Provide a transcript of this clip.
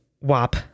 WAP